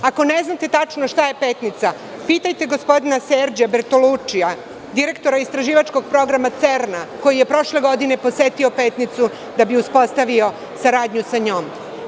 Ako ne znate tačno šta je Petnica, pitajte gospodina Serđa Bertolučija, direktora Istraživačkog programa CERN, koji je prošle godine posetio Petnicu da bi uspostavio saradnju sa njom.